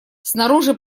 снаружи